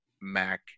Mac